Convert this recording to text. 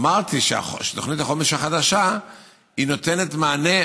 אמרתי שתוכנית החומש החדשה נותנת מענה,